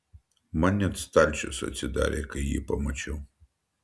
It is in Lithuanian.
man net stalčius atsidarė kai jį pamačiau